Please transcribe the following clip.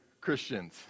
Christians